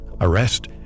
arrest